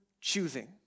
choosing